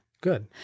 Good